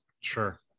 Sure